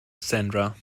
sandra